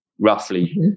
roughly